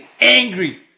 angry